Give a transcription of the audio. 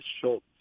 Schultz